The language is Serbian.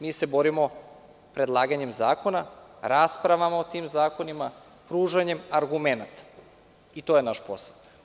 Mi se borimo predlaganjem zakona, raspravama o tim zakonima, pružanjem argumenata i to je naš posao.